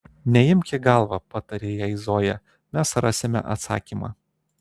neimk į galvą patarė jai zoja mes rasime atsakymą